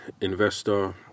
investor